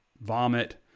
vomit